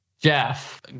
Jeff